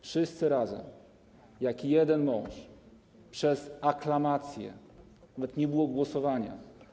Wszyscy razem jak jeden mąż, przez aklamację, nawet nie było głosowania.